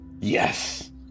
yes